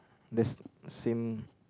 that's same